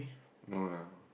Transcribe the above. no lah